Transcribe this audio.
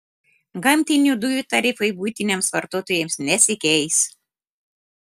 gamtinių dujų tarifai buitiniams vartotojams nesikeis